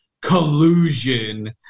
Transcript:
Collusion